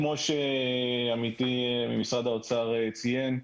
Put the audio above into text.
כמו שעמיתי ממשרד האוצר ציין,